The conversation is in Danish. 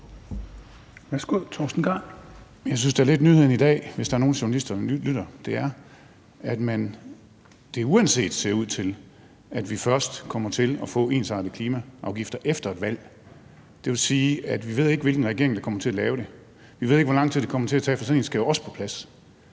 (ALT): Jeg synes da lidt, at nyheden i dag – hvis der er nogen journalister, der lytter med – er, at det ser ud til, at vi først kommer til at få ensartede klimaafgifter efter et valg. Det vil sige, at vi ikke ved, hvilken regering der kommer til at lave det; vi ved ikke, hvor lang tid det kommer til at tage af, for sådan